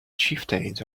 chieftains